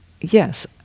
yes